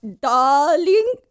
darling